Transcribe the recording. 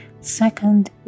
Second